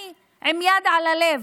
אני עם יד על הלב